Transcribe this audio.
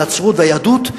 הנצרות והיהדות,